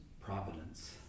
providence